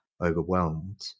overwhelmed